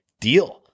deal